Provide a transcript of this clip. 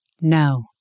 No